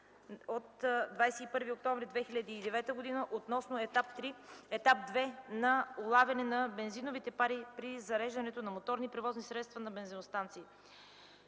от 21 октомври 2009 г. относно Етап II на улавяне на бензиновите пари при зареждането на моторни превозни средства на бензиностанции.